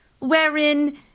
wherein